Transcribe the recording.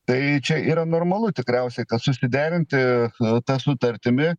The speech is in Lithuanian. tai čia yra normalu tikriausiai kad susiderinti ta sutartimi